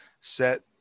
set